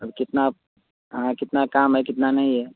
अब कितना कितना काम है कितना नहीं है